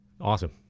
Awesome